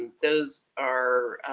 those are,